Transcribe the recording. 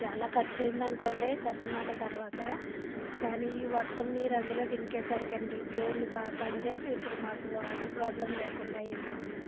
చాలా ఖర్చు అయింది అనుకోండి ఖర్చు మాట తర్వాత కానీ వర్షం నీరు అందులోకి ఇంకేసరికి అండి బోర్లు బాగా పనిచేసి ఇప్పుడు మాకు వాటర్ ప్రాబ్లెమ్ లేకుండా అయ్యిందండి